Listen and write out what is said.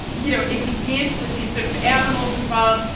you know, it begins with these sort of animals involved,